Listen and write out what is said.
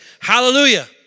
hallelujah